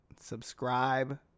subscribe